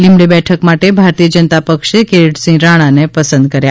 લીંમડી બેઠક માટે ભારતીય જનતા પક્ષે કીરીટસિંહ રાણાને પસંદ કર્યા